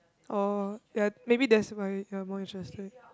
oh ya maybe that's why you're more interested